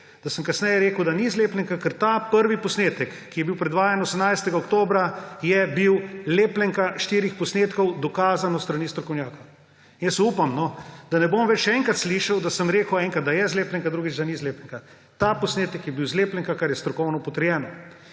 da sem kasneje rekel, da ni zlepljenka, ker ta prvi posnetek, ki je bil predvajan 18. oktobra, je bil lepljenka štirih posnetkov, dokazano s strani strokovnjaka. Upam, no, da ne bom več še enkrat slišal, da sem rekel enkrat, da je zlepljenka, drugič, da ni zlepljenka. Ta posnetek je bil zlepljenka, kar je strokovno potrjeno.